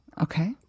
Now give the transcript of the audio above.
Okay